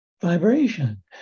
vibration